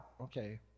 Okay